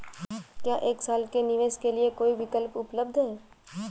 क्या एक साल के निवेश के लिए कोई विकल्प उपलब्ध है?